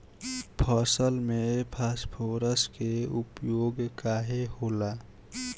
फसल में फास्फोरस के उपयोग काहे होला?